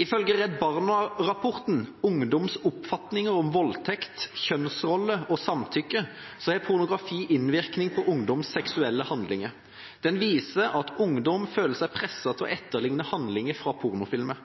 Ifølge Redd Barna-rapporten «Ungdoms oppfatninger om voldtekt, kjønnsroller og samtykke» har pornografi innvirkning på ungdoms seksuelle handlinger. Den viser at ungdom føler seg presset til å etterligne handlinger fra